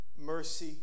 mercy